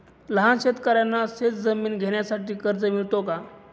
लहान शेतकऱ्यांना शेतजमीन घेण्यासाठी कर्ज मिळतो का?